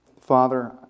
Father